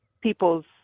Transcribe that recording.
people's